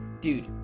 Dude